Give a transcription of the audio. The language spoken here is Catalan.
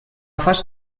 fas